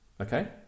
Okay